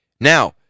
Now